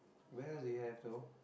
where else do you have though